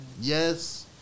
Yes